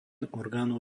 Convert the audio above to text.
orgánu